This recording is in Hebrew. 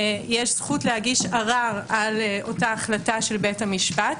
יש זכות להגיש ערר על אותה החלטה של בית משפט.